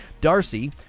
Darcy